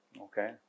Okay